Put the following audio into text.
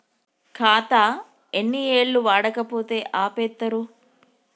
ఖాతా ఎన్ని ఏళ్లు వాడకపోతే ఆపేత్తరు?